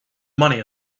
money